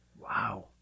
Wow